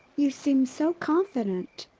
you seem so confident.